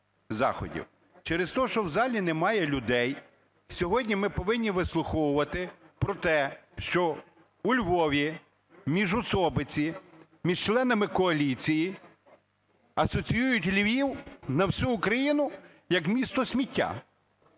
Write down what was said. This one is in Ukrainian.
Через то, що в залі немає людей, сьогодні ми повинні вислуховувати про те, що у Львові міжусобиці між членами коаліції, асоціюють Львів на всю Україну як місто сміття.